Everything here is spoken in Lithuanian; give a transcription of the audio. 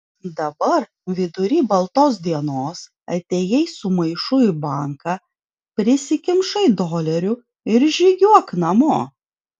dabar vidury baltos dienos atėjai su maišu į banką prisikimšai dolerių ir žygiuok namo